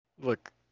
Look